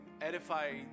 edify